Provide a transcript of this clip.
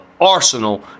arsenal